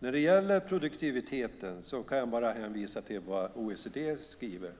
När det gäller produktiviteten kan jag bara hänvisa till vad OECD skriver,